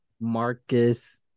Marcus